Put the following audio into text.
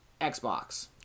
Xbox